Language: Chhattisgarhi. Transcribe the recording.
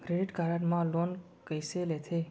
क्रेडिट कारड मा लोन कइसे लेथे?